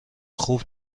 خوب